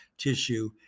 tissue